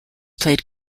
played